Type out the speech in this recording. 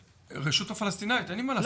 אני, הרשות הפלסטינית, אין לי מה לעשות איתו.